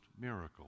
miracle